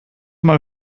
mal